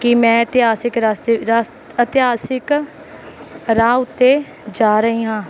ਕਿ ਮੈਂ ਇਤਿਹਾਸਿਕ ਰਸਤੇ ਰਸਤ ਇਤਿਹਾਸਿਕ ਰਾਹ ਉੱਤੇ ਜਾ ਰਹੀ ਹਾਂ